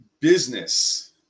business